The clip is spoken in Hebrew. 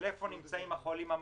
איפה נמצאים החולים המאומתים,